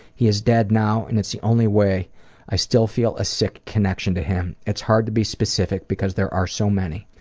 he is dead now and it's the only way i still feel a sick connection to him. it's hard to be specific because there are so many.